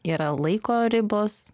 yra laiko ribos